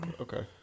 Okay